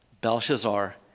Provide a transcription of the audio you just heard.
Belshazzar